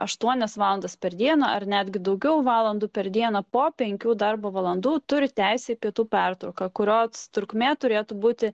aštuonias valandas per dieną ar netgi daugiau valandų per dieną po penkių darbo valandų turi teisę į pietų pertrauką kurios trukmė turėtų būti